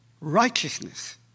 righteousness